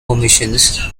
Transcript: omissions